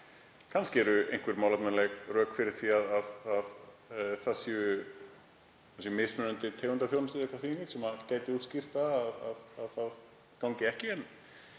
Kannski eru einhver málefnaleg rök fyrir því að mismunandi tegund af þjónustu eða eitthvað því um líkt geti útskýrt að það gangi ekki. En